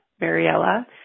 Mariella